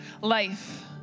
life